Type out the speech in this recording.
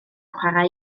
chwarae